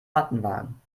mattenwagen